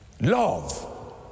Love